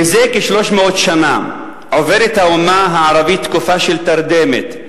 מזה כ-300 שנה עוברת האומה הערבית תקופה של תרדמת,